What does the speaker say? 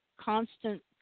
constant